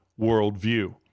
worldview